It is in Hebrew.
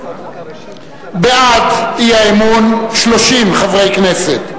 בעד האי-אמון 30 חברי כנסת,